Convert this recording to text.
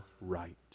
right